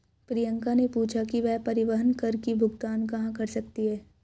प्रियंका ने पूछा कि वह परिवहन कर की भुगतान कहाँ कर सकती है?